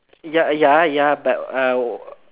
ya ya ya but uh I would